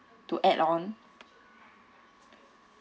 to add on